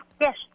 Yes